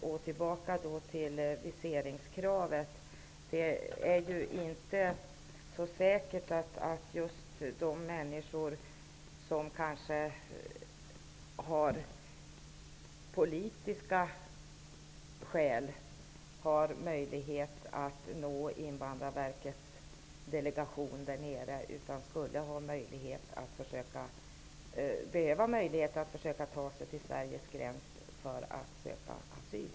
Beträffande viseringskravet är det inte säkert att just de människor som har politiska skäl har möjlighet att nå Invandrarverkets delegation där nere utan skulle behöva ta sig till Sveriges gräns för att söka asyl.